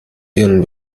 ihren